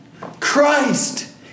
Christ